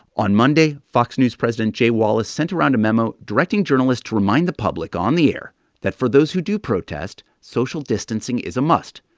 on monday, fox news president jay wallace sent around a memo directing journalists to remind the public on the air that for those who do protest, social distancing is a must.